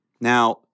Now